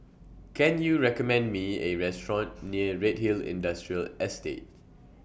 Can YOU recommend Me A Restaurant near Redhill Industrial Estate